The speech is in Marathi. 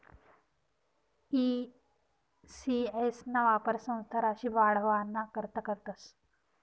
ई सी.एस ना वापर संस्था राशी वाढावाना करता करतस